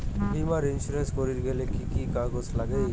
বীমা ইন্সুরেন্স করির গেইলে কি কি কাগজ নাগে?